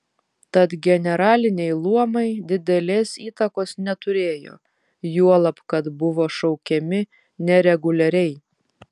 tad generaliniai luomai didelės įtakos neturėjo juolab kad buvo šaukiami nereguliariai